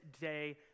day